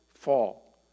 fall